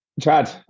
Chad